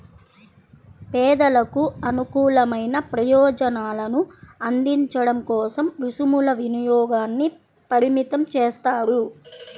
పేదలకు అనుకూలమైన ప్రయోజనాలను అందించడం కోసం రుసుముల వినియోగాన్ని పరిమితం చేస్తారు